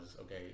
okay